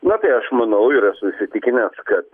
na tai aš manau ir esu įsitikinęs kad